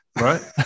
Right